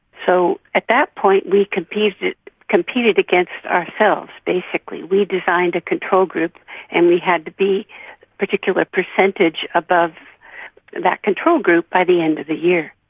so at that point we competed competed against ourselves basically, we designed a control group and we had to be a particular percentage above that control group by the end of the year.